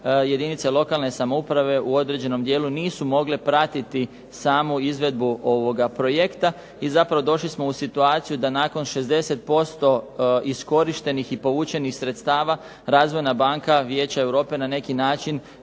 jedinice lokalne samouprave u određenom dijelu nisu mogle pratiti samu izvedbu ovoga projekta. I zapravo došli smo u situaciju da nakon 60% iskorištenih i povučenih sredstava Razvojna banka Vijeća Europe na neki način